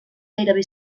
gairebé